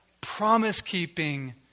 promise-keeping